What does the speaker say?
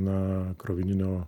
na krovininio